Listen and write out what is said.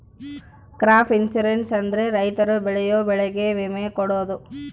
crop insurance ಅಂದ್ರೆ ರೈತರು ಬೆಳೆಯೋ ಬೆಳೆಗೆ ವಿಮೆ ಕೊಡೋದು